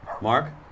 Mark